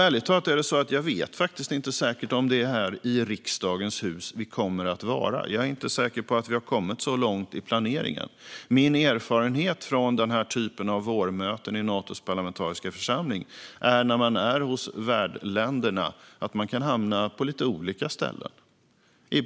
Ärligt talat vet jag inte säkert om det är här i riksdagens hus vi kommer att vara. Jag är inte säker på att vi har kommit så långt i planeringen. Min erfarenhet från den här typen av vårmöten i Natos parlamentariska församling är att man kan hamna på lite olika ställen i värdländerna.